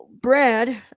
Brad